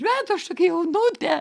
metų aš tokia jaunutė